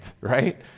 right